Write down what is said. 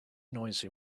noisy